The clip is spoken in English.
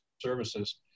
services